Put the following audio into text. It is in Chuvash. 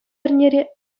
эрнере